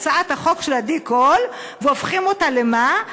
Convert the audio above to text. הצעת החוק של עדי קול והופכים אותה למה?